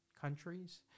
countries